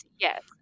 Yes